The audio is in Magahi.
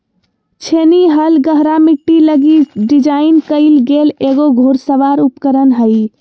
छेनी हल गहरा मिट्टी लगी डिज़ाइन कइल गेल एगो घुड़सवार उपकरण हइ